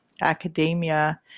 academia